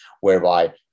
whereby